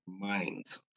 minds